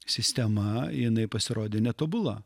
sistema jinai pasirodė netobula